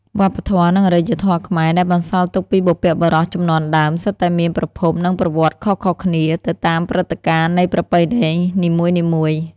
វប្បធម៌ និងអារ្យធម៌ខ្មែរ ដែលបន្សល់ទុកពីបុព្វបុរសជំនាន់ដើម សុទ្ធតែមានប្រភព និងប្រវត្តិខុសៗគ្នា ទៅតាមព្រឹត្តិការណ៍នៃប្រពៃណីនីមួយៗ។